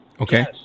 Okay